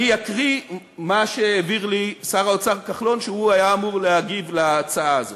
אני אקריא מה שהעביר לי שר האוצר כחלון שהיה אמור להגיב על ההצעה הזאת.